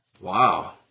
Wow